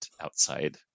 outside